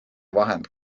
vahend